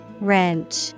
Wrench